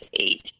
eight